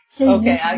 Okay